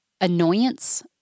Annoyance